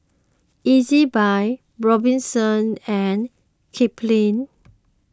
Ezbuy Robinson and Kipling